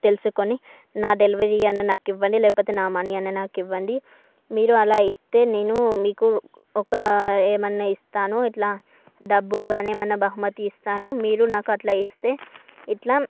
తెలుసుకొని నా డెలివరీ అన్న నాకు ఇవ్వండి లేకపోతే నా మనీ అని నాకు ఇవ్వండి మీరు అలా ఇస్తే నేను మీకు ఒక ఏమన్నా ఇస్తాను ఇట్లా డబ్బులు కానీ ఏమైనా బహుమతి ఇస్తాను మీరు నాకు అట్లా ఇస్తే ఇట్లా